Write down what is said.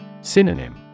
Synonym